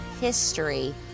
history